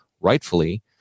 rightfully